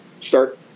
start